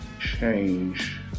Change